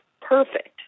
perfect